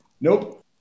Nope